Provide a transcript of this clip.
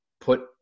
put